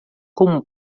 como